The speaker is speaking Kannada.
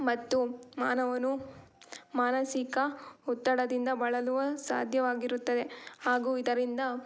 ಮತ್ತು ಮಾನವನು ಮಾನಸಿಕ ಒತ್ತಡದಿಂದ ಬಳಲುವ ಸಾಧ್ಯವಾಗಿರುತ್ತದೆ ಹಾಗು ಇದರಿಂದ